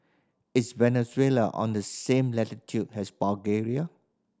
is Venezuela on the same latitude as Bulgaria